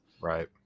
Right